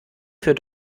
für